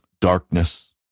darkness